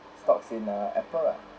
stocks in uh apple lah